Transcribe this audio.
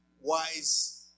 wise